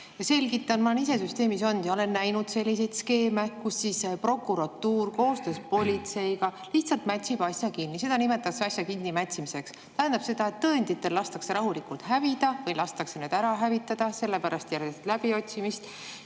ole. Selgitan: ma olen ise süsteemis olnud ja olen näinud selliseid skeeme, kus prokuratuur koostöös politseiga lihtsalt mätsib asja kinni. Seda nimetatakse asja kinnimätsimiseks. Tähendab see seda, et tõenditel lastakse rahulikult hävida või lastakse need ära hävitada, seda pärast läbiotsimist.